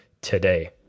today